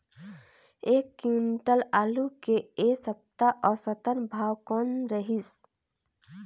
एक क्विंटल आलू के ऐ सप्ता औसतन भाव कौन रहिस?